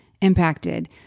impacted